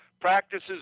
practices